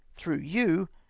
through you,